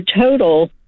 total